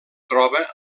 troba